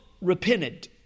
repented